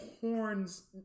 horns